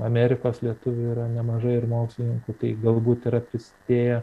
amerikos lietuvių yra nemažai ir mokslininkų galbūt yra prisidėję